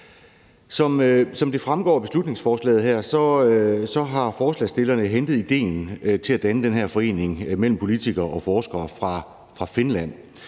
Som det fremgår af beslutningsforslaget her, har forslagsstillerne hentet idéen til at danne den her forening mellem politikere og forskere fra Finland,